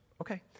okay